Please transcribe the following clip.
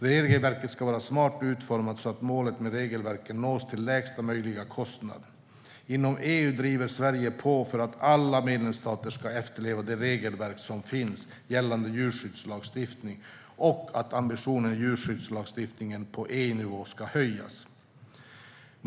Regelverk ska vara smart utformade så att målet med regelverken nås till lägsta möjliga kostnad. Inom EU driver Sverige på för att alla medlemsstater ska efterleva de regelverk som finns gällande djurskyddslagstiftningen och att ambitionerna i djurskyddslagstiftningen på EU-nivå ska höjas. 3.